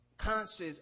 conscious